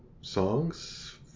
songs